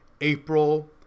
April